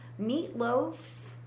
meatloaves